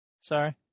Sorry